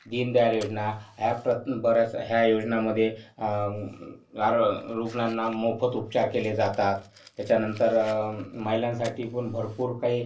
दीनदयाल योजना ह्या प्र बरंच ह्या योजनामधे रारळ रुग्णांना मोफत उपचार केले जातात त्याच्यानंतर महिलांसाठीपण भरपूर काही